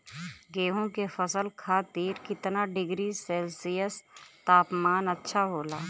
गेहूँ के फसल खातीर कितना डिग्री सेल्सीयस तापमान अच्छा होला?